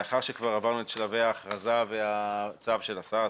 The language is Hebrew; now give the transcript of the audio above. לאחר שכבר עברנו את שלבי ההכרזה והצו של השר,